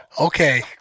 Okay